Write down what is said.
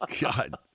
God